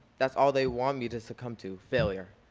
that's all they want me to succumb to, failure.